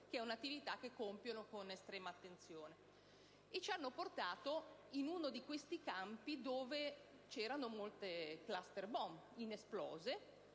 Grazie,